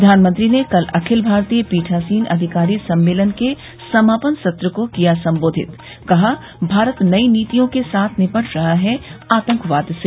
प्रधानमंत्री ने कल अखिल भारतीय पीठासीन अधिकारी सम्मेलन के समापन सत्र को किया संबोधित कहा भारत नई नीतियों के साथ निपट रहा है आतंकवाद से